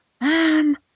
man